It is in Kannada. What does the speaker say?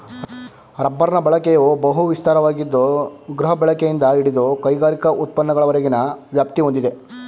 ರಬ್ಬರ್ನ ಬಳಕೆಯು ಬಹು ವಿಸ್ತಾರವಾಗಿದ್ದು ಗೃಹಬಳಕೆಯಿಂದ ಹಿಡಿದು ಕೈಗಾರಿಕಾ ಉತ್ಪನ್ನಗಳವರೆಗಿನ ವ್ಯಾಪ್ತಿ ಹೊಂದಿದೆ